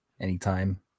Anytime